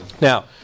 Now